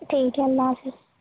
ٹھیک ہے اللہ حافظ